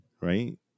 Right